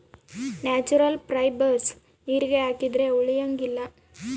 natural fibres ನೀರಿಗೆ ಹಾಕಿದ್ರೆ ಉಳಿಯಂಗಿಲ್ಲ